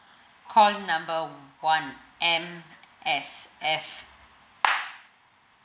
call number one M_S_F